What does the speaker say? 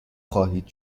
خواهید